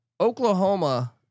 Oklahoma